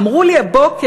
אמרו לי הבוקר,